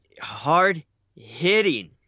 hard-hitting